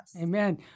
Amen